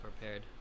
prepared